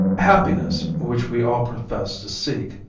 happiness, which we all profess to seek,